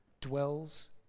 dwells